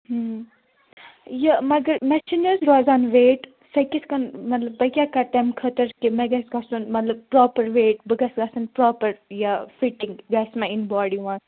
یہِ مگر مےٚ چھُ نہٕ حظ روزان ویٹ سۄ کِتھ کَن مطلب بہٕ کیٛاہ کرٕ تَمہِ خٲطرٕ کہِ مےٚ گژھِ گژھُن مطلب پرٛاپَر ویٹ بہٕ گژھٕ گژھٕن پرٛاپر یا فِٹِنٛگ گژھِ مےٚ یِنۍ باڈی منٛز